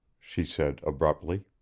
she said abruptly.